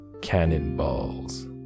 cannonballs